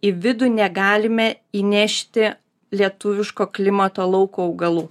į vidų negalime įnešti lietuviško klimato lauko augalų